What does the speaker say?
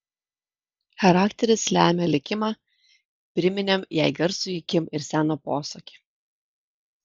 charakteris lemia likimą priminėm jai garsųjį kim ir seno posakį